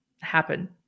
happen